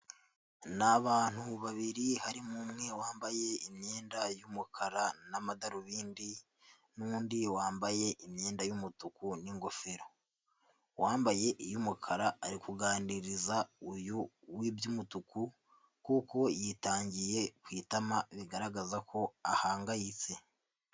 Ni abantu babiri harimo umwe wambaye imyenda y'umukara n'amadarubindi, n'undi wambaye imyenda y'umutuku n'ingofero. Uwambaye iy'umukara ari kuganiriza uyu w'i by'umutuku kuko yitangiye ku itama bigaragaza ko ahangayitse.